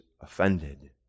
offended